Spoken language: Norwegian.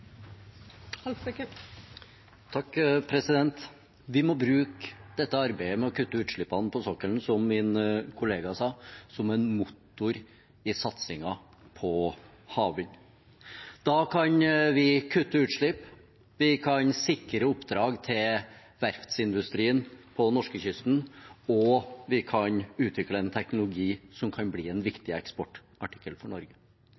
Vi må bruke dette arbeidet med å kutte utslippene på sokkelen, som min kollega sa, som en motor i satsingen på havvind. Da kan vi kutte utslipp, vi kan sikre oppdrag til verftsindustrien på norskekysten, og vi kan utvikle en teknologi som kan bli en viktig eksportartikkel for Norge.